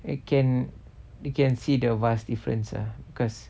it can you can see the vast difference ah cause